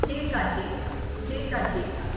ठीकु आहे ठीकु आहे ठीकु आहे ठीकु आहे